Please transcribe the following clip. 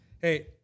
Hey